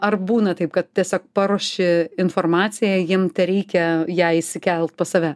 ar būna taip kad tiesiog paruoši informaciją jiem tereikia ją įsikelt pas save